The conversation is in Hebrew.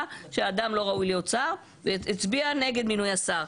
שאדם לא ראוי להיות שר והצביעה נגד מינוי השר,